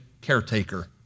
caretaker